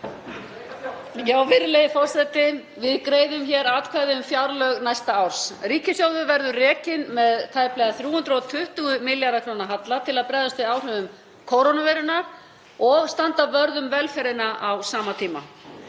Virðulegi forseti. Við greiðum hér atkvæði um fjárlög næsta árs. Ríkissjóður verður rekinn með tæplega 320 milljarða kr. halla til að bregðast við áhrifum kórónuveirunnar og standa vörð um velferðina á sama tíma.